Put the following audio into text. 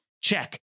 Check